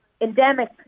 endemic